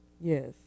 Yes